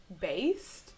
based